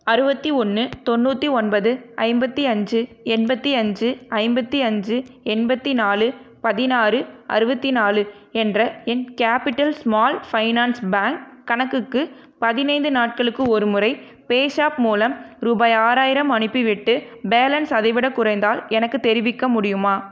அறுபத்தி ஒன்று தொண்ணூற்றி ஒன்பது ஐம்பத்தி அஞ்சு எண்பத்தி அஞ்சு ஐம்பத்தி அஞ்சு எண்பத்தி நாலு பதினாறு அறுபத்தி நாலு என்ற என் கேபிட்டல் ஸ்மால் ஃபைனான்ஸ் பேங்க் கணக்குக்கு பதினைந்து நாட்களுக்கு ஒருமுறை பேஷாப் மூலம் ருபாய் ஆறாயிரம் அனுப்பிவிட்டு பேலன்ஸ் அதைவிடக் குறைந்தால் எனக்குத் தெரிவிக்க முடியுமா